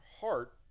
heart